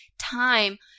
time